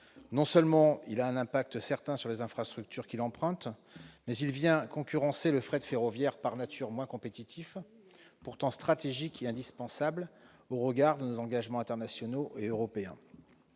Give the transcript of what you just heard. Non seulement il a un impact certain sur les infrastructures qu'il emprunte, mais il vient concurrencer un fret ferroviaire par nature moins compétitif, pourtant stratégique et indispensable au regard de nos engagements internationaux et européens.